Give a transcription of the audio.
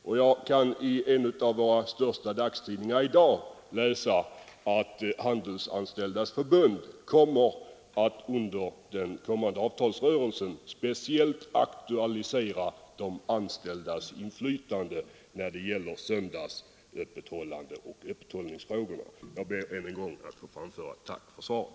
Man kan i dag i en av våra största dagstidningar läsa att Handelsanställdas förbund ämnar under den kommande avtalsrörelsen speciellt aktualisera de anställdas inflytande när det gäller öppethållandefrågorna. Jag ber ännu en gång att få framföra ett tack för svaret.